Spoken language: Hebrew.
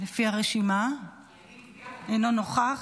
אינו נוכח.